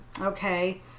okay